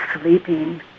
sleeping